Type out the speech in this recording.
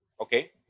Okay